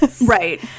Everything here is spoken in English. Right